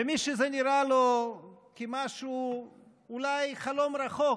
ומי שזה נראה לו כמו חלום רחוק,